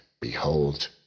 behold